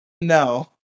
No